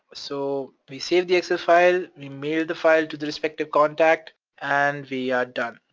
so we saved the excel file, we mailed the file to the respective contact and we are done.